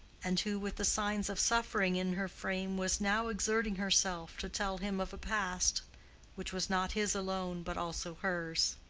and who with the signs of suffering in her frame was now exerting herself to tell him of a past which was not his alone but also hers.